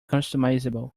customizable